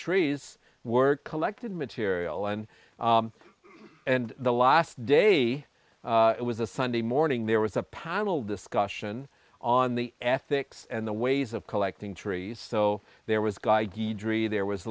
trees were collected material and and the last day it was a sunday morning there was a panel discussion on the ethics and the ways of collecting trees so there was guy de dri there was